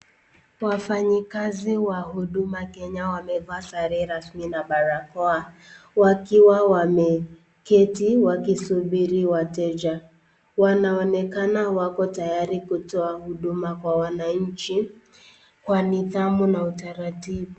Wafanyikazi wa Huduma Kenya wamevaa sare rasmi na barakoa, wakiwa wameketi wakisubiri wateja. Wanaonekana wako tayari kutoa huduma kwa wananchi kwa nidhamu na taratibu.